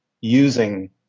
using